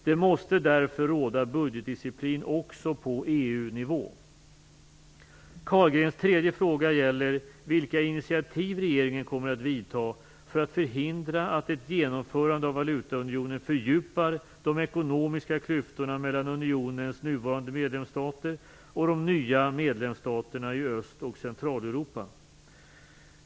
Det måste därför råda budgetdisciplin också på Carlgrens tredje fråga gäller vilka initiativ som regeringen kommer att ta för att förhindra att ett genomförande av valutaunionen fördjupar de ekonomiska klyftorna mellan unionens nuvarande medlemsstater och de nya medlemsstaterna i Öst och Centraleuropa.